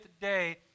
day